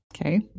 Okay